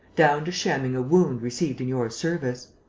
down to shamming a wound received in your service.